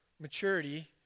maturity